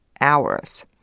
hours